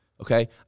okay